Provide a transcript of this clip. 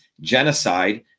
genocide